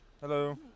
Hello